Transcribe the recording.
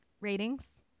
Ratings